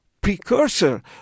precursor